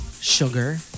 sugar